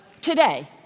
today